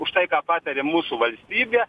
už tai ką pataria mūsų valstybė